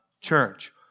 church